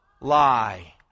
lie